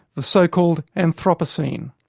the so-called anthropocene.